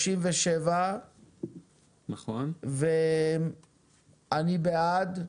37. אני בעד.